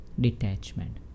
Detachment